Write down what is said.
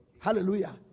Hallelujah